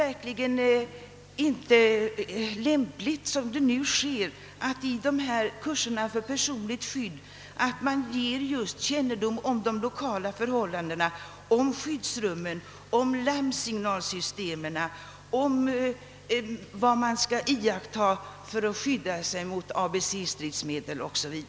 Och är det inte lämpligt att som nu kännedom om de lokala förhållandena ingår i kurserna om personligt skydd, alltså kännedom om skyddsrum, larmsignalsystem, vad man skall iaktta för att skydda sig mot ABC-stridsmedel o. s. v.?